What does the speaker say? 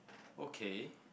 okay